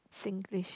Singlish